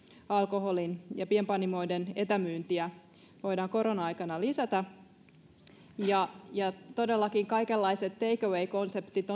alkoholin ja pienpanimoiden etämyyntiä voidaan korona aikana lisätä todellakin kaikenlaiset take away konseptit